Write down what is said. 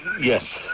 yes